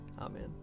Amen